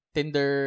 Tinder